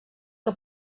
que